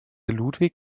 ludwig